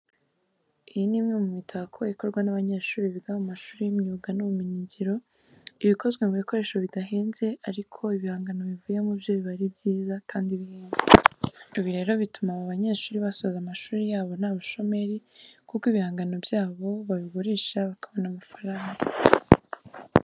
Iyi ni imwe mu mitako ikorwa n'abanyeshuri biga mu mashuri y'imyuga n'ibumenyingiro. Iba ikozwe mu bikoresho bidahenze ariko ibihangano bivuyemo byo biba ari byiza kandi bihenze. Ibi rero bituma aba banyeshuri basoza amashuri yabo nta bushomeri kuko ibihangano byabo babigurisha bakabona amafaranga.